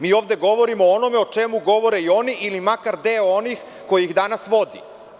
Mi ovde govorimo o onome o čemu govore i oni, ili makar deo onih ko ih danas vodi.